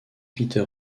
peter